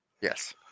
Yes